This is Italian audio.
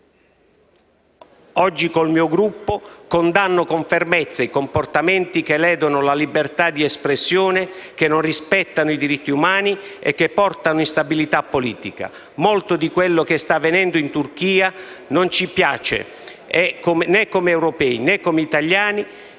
Oggi, con il mio Gruppo, condanno con fermezza i comportamenti che ledono la libertà di espressione, che non rispettano i diritti umani e che portano instabilità politica. Molto di quello che sta avvenendo in Turchia non ci piace, come europei e come italiani,